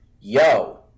yo